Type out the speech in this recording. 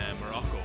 Morocco